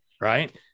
right